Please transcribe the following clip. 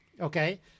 Okay